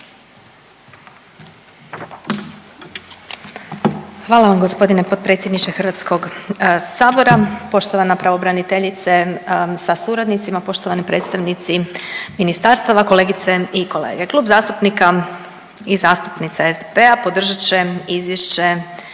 Hvala vam g. potpredsjedniče HS-a. Poštovana pravobraniteljice sa suradnicima, poštovane predstavnici ministarstava, kolegice i kolege. Klub zastupnika i zastupnica SDP-a podržat će Izvješće